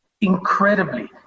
Incredibly